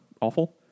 awful